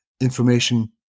information